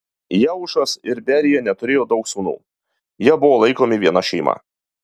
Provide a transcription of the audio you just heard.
jeušas ir berija neturėjo daug sūnų jie buvo laikomi viena šeima